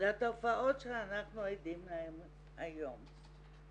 לתופעות שאנחנו עדים להן היום.